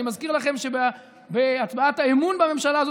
אני מזכיר לכם שבהצבעת האמון בממשלה הזאת